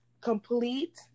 complete